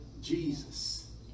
Jesus